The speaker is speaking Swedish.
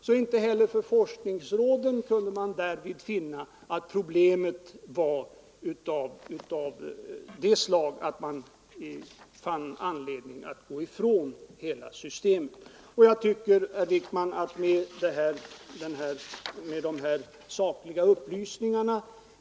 Så inte heller för forskningsrådet kunde man finna att problemen var av det slaget att man hade anledning till några ändringar.